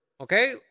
Okay